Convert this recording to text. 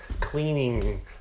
cleaning